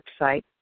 website